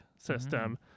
system